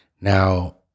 Now